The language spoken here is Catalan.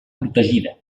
protegida